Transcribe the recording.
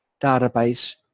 database